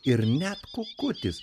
ir net kukutis